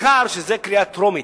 בעיקר כשזאת קריאה טרומית.